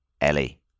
Ellie